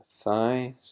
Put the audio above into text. thighs